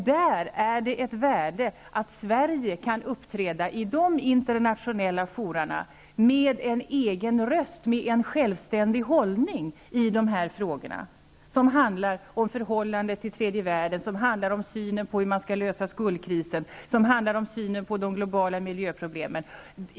Det ligger ett värde i att Sverige kan uppträda i dessa internationella fora med egen röst och med en självständig hållning i frågor som rör förhållandet till tredje världen, synen på hur man skall lösa skuldkrisen och synen på de globala miljöproblemen.